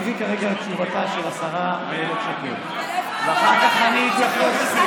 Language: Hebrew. אני מקריא כרגע את תשובתה של השרה אילת שקד ואחר כך אני אתייחס.